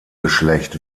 geschlecht